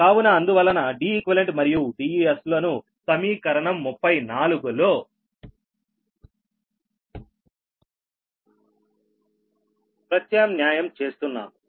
కావున అందువలన Deq మరియు Ds లను సమీకరణం 34 లో ప్రత్యామ్న్యాయం చేస్తున్నాము